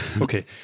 Okay